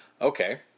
Okay